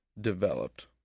developed